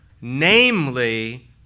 Namely